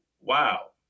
wow